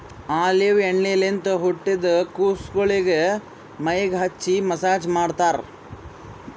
olive ಎಣ್ಣಿಲಿಂತ್ ಹುಟ್ಟಿದ್ ಕುಸಗೊಳಿಗ್ ಮೈಗ್ ಹಚ್ಚಿ ಮಸ್ಸಾಜ್ ಮಾಡ್ತರ್